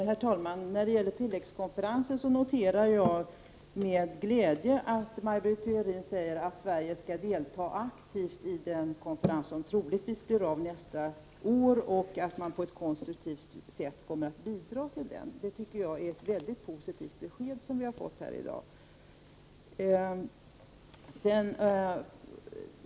Herr talman! Jag noterar med glädje att Maj Britt Theorin säger att Sverige skall delta aktivt i den tilläggskonferens som troligtvis blir av nästa år och att vi på ett konstruktivt sätt kommer att bidra till denna. Det tycker jag, som sagt, är ett mycket positivt besked.